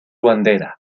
bandera